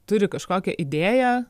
turi kažkokią idėją